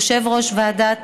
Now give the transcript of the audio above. יושב-ראש ועדת